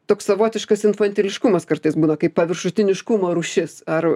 toks savotiškas infantiliškumas kartais būna kaip paviršutiniškumo rūšis ar